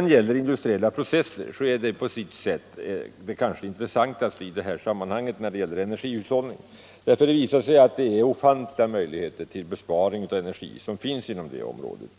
De industriella processerna är det i sammanhanget kanske mest intressanta. Det visar sig att möjligheterna till besparing av energi på det området